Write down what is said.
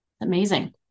Amazing